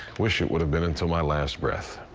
wish it would have been until my last breath.